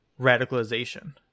radicalization